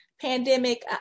pandemic